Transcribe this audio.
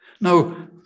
Now